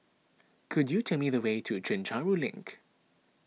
could you tell me the way to a Chencharu Link